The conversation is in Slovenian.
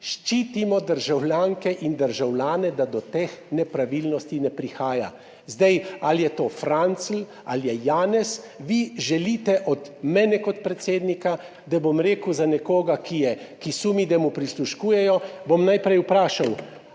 ščitimo državljanke in državljane, da do teh nepravilnosti ne prihaja. Zdaj ali je to Francelj ali je Janez, vi želite od mene kot predsednika, da bom rekel za nekoga, ki sumi, da mu prisluškujejo, bom najprej vprašal,